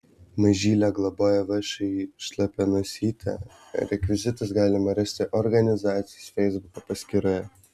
mažylę globoja všį šlapia nosytė rekvizitus galima rasti organizacijos feisbuko paskyroje